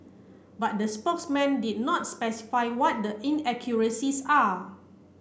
but the spokesman did not specify what the inaccuracies are